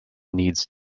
needs